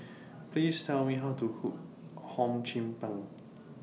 Please Tell Me How to Cook Hum Chim Peng